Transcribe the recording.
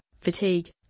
fatigue